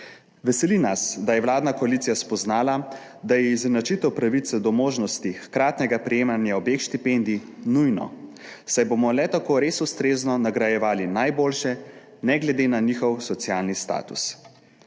Veseli nas, da je vladna koalicija spoznala, da je izenačitev pravice do možnosti hkratnega prejemanja obeh štipendij nujna, saj bomo le tako res ustrezno nagrajevali najboljše, ne glede na njihov socialni status.